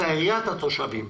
הציל את התושבים.